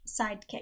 sidekick